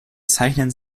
zeichnen